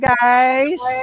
guys